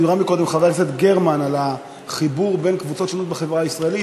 דיברה קודם חברת הכנסת גרמן על החיבור בין קבוצות שונות בחברה הישראלית,